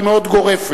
שהיא מאוד גורפת?